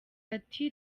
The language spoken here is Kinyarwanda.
ati